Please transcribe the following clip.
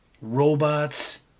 robots